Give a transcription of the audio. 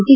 T